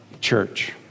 church